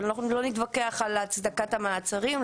ואנחנו לא נתווכח על הצדקת המעצרים,